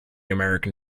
american